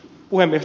puhemies